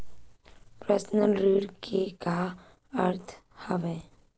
Personal ऋण के का अर्थ हवय?